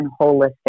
holistic